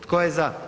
Tko je za?